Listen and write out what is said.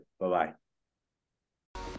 Bye-bye